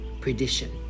perdition